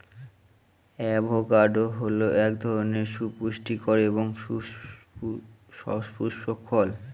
avocado হল এক ধরনের সুপুষ্টিকর এবং সপুস্পক ফল